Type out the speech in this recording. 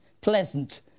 pleasant